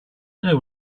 know